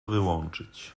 wyłączyć